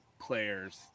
players